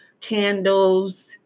candles